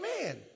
Amen